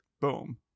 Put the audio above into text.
boom